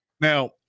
Now